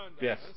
yes